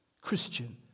Christian